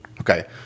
Okay